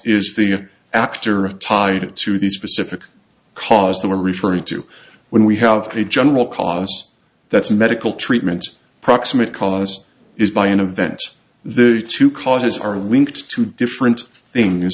is the actor tied to the specific cause i'm referring to when we have a general cause that's a medical treatment proximate cause is by an event the two causes are linked to different things